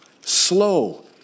Slow